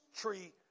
tree